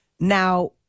Now